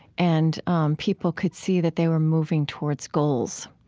and people could see that they were moving towards goals.